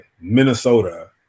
Minnesota